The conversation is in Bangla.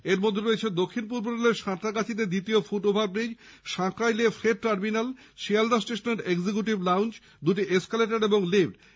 এর মধ্যে রয়েছে দক্ষিণ পূর্ব রেলের সাঁতরাগাছিতে দ্বিতীয় ফুট ওভারব্রীজ সাঁকরাইলে ফ্রেইট টার্মিনাল শিয়ালদা স্টেশনের এক্সিকিউটিভ লাউঞ্চ দুটি এসকালেটর ও লিফট রয়েছে